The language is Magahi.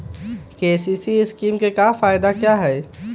के.सी.सी स्कीम का फायदा क्या है?